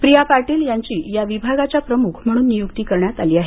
प्रिया पाटील यांची या विभागाच्या प्रमुख म्हणून नियुक्ती करण्यात आली आहे